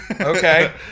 Okay